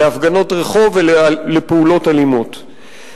להפגנות רחוב ולפעולות אלימות.